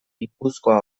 gipuzkoa